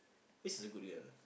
this is a good dude or not